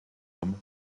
hommes